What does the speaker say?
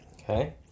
Okay